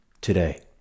Today